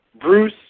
Bruce